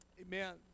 Amen